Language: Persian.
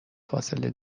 فاصله